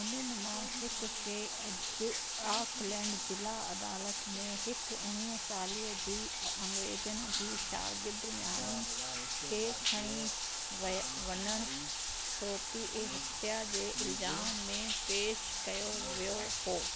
हुननि मां हिकुखे अॼु ऑकलैंड जिला अदालत में हिकु उणिवीह सालें जी अंग्रेजनि जी शागीर्दयाणी खे खणी वई वञण फिरौती ऐं हत्या जे इल्ज़ाम में पेशु कयो वियो हो